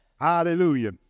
Hallelujah